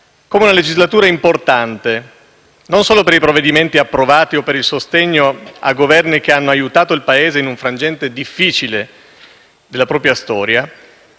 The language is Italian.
come una legislatura importante, non solo per i provvedimenti approvati o per il sostegno a Governi che hanno aiutato il Paese in un frangente difficile della propria storia,